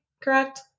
correct